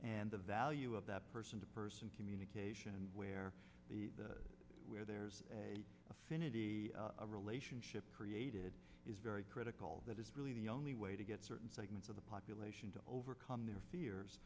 and the value of that person to person communication and where where there's affinity a relationship created is very critical that is really the only way to get certain segments of the population to overcome their fears